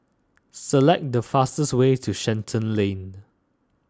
select the fastest way to Shenton Lane